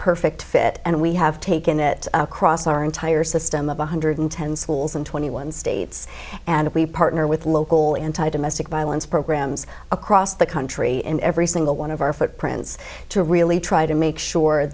perfect fit and we have taken it across our entire system of one hundred ten schools and twenty one states and we partner with local anti domestic violence programs across the country in every single one of our footprints to really try to make sure